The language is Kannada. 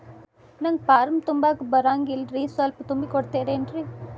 ನಂಗ ಫಾರಂ ತುಂಬಾಕ ಬರಂಗಿಲ್ರಿ ಸ್ವಲ್ಪ ತುಂಬಿ ಕೊಡ್ತಿರೇನ್ರಿ?